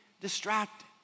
distracted